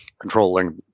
controlling